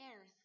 earth